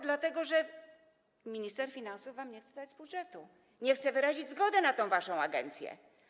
Dlatego że minister finansów nie chce wam dać z budżetu, nie chce wyrazić zgody na tę waszą agencję.